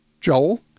Joel